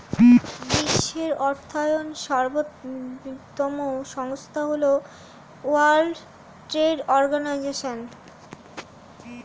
বিশ্বের অর্থায়নের সর্বোত্তম সংস্থা হল ওয়ার্ল্ড ট্রেড অর্গানাইজশন